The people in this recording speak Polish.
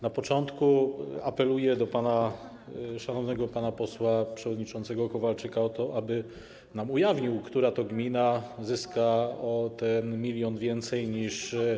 Na początku apeluję do szanownego pana posła, pana przewodniczącego Kowalczyka o to, aby nam ujawnił, która to gmina zyska ten milion więcej niż.